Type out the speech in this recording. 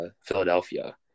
Philadelphia